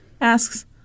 asks